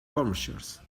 commercials